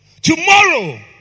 Tomorrow